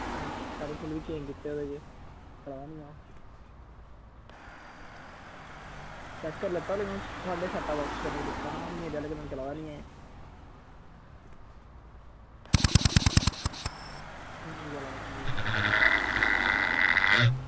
channel चूनल बी change कीते तां बी ओह् चैक्क करी लैत्ता लेकिन थोआढ़े आह्ले सैटअपबाक्स कन्नै दिक्खा नां मेरे आह्ले कन्नैं चला दा नि ऐ नेईं चला दा हां जी